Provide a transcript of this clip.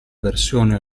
versione